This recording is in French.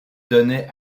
donnait